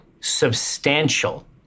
substantial